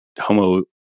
homo